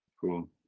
Cool